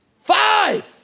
Five